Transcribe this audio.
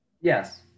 Yes